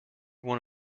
one